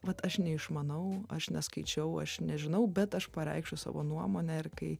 vat aš neišmanau aš neskaičiau aš nežinau bet aš pareikšiu savo nuomonę ir kai